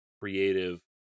creative